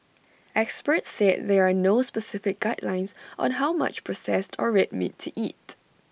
experts said there are no specific guidelines on how much processed or red meat to eat